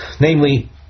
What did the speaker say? namely